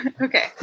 Okay